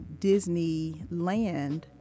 Disneyland